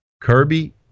Kirby